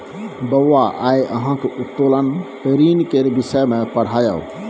बौआ आय अहाँक उत्तोलन ऋण केर विषय मे पढ़ायब